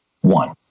one